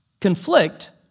conflict